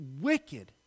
wicked